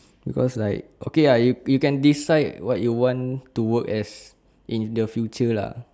because like okay ah you you can decide what you want to work as in the future lah